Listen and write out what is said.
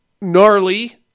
gnarly